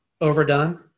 overdone